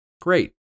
Great